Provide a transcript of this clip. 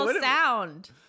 sound